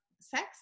sex